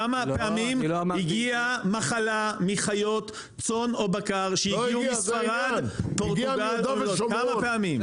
כמה פעמים הגיעה מחלה מחיות צאן או בקר שהגיעו מספרד פורטוגל כמה פעמים?